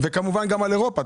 כמובן תגיד לי גם לגבי אירופה.